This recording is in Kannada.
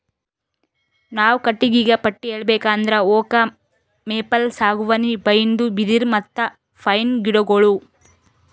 ನಾವ್ ಕಟ್ಟಿಗಿಗಾ ಪಟ್ಟಿ ಹೇಳ್ಬೇಕ್ ಅಂದ್ರ ಓಕ್, ಮೇಪಲ್, ಸಾಗುವಾನಿ, ಬೈನ್ದು, ಬಿದಿರ್, ಮತ್ತ್ ಪೈನ್ ಗಿಡಗೋಳು